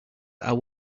are